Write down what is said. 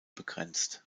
begrenzt